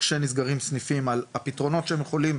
כשנסגרים סניפים על הפתרונות שהם יכולים